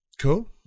Cool